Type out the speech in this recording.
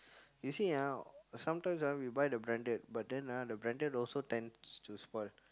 you see ah sometimes ah we buy the branded but then ah the branded also tends to spoil